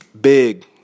big